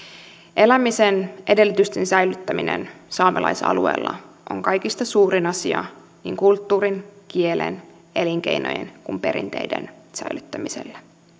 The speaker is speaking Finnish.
elämisen edellytysten säilyttäminen saamelaisalueella on kaikista suurin asia niin kulttuurin kielen elinkeinojen kuin perinteiden säilyttämiseksi